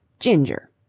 ginger!